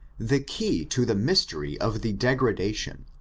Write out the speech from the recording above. the key to the mystery of the degradation,